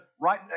right